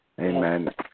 Amen